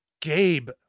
gabe